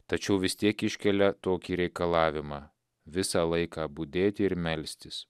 tačiau vis tiek iškelia tokį reikalavimą visą laiką budėti ir melstis